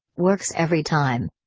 works every time.